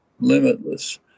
Limitless